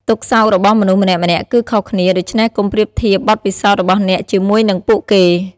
ទុក្ខសោករបស់មនុស្សម្នាក់ៗគឺខុសគ្នា ដូច្នេះកុំប្រៀបធៀបបទពិសោធន៍របស់អ្នកជាមួយនឹងពួកគេ។